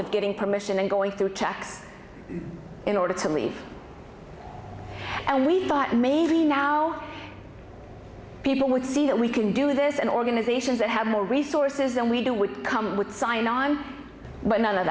of getting permission and going through checks in order to leave and we thought maybe now people would see that we can do this and organizations that have more resources than we do would come with sign i'm but none of